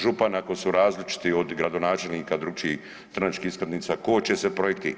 Župani ako su različiti od gradonačelnika drugih stranačkih iskaznica koče se projekti.